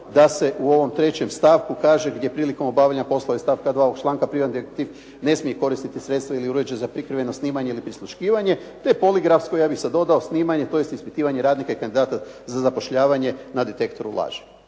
da se u ovom 3. stavku kaže gdje prilikom obavljanja poslova iz stavka 2. ovog članka privatni detektiv ne smije koristiti sredstva ili uređaje za prikriveno snimanje ili prisluškivanje, te poligrafsko ja bih sad dodao snimanje, tj. ispitivanje radnika i kandidata za zapošljavanje na detektoru laži